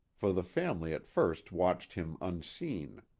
for the family at first watched him unseen.